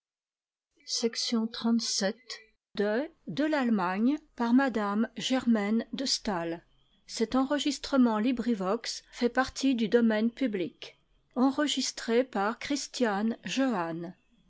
de m rt de